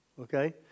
Okay